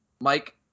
Mike